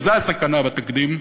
וזו הסכנה בתקדים,